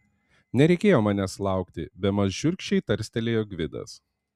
nereikėjo manęs laukti bemaž šiurkščiai tarstelėjo gvidas